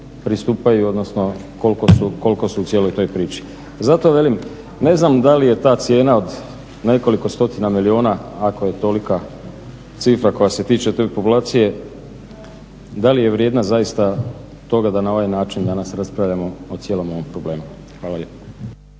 pristupaju odnosno koliko su u cijeloj toj priči. Zato velim ne znam da li je ta cijena od nekoliko stotina milijuna ako je tolika cifra koja se tiče te populacije, da li je vrijedna zaista toga da na ovaj način danas raspravljamo o cijelom ovom problemu. Hvala